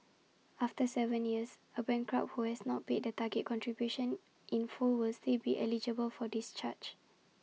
after Seven years A bankrupt who has not paid the target contribution in full will still be eligible for discharge